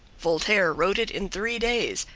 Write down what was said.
voltaire wrote it in three days,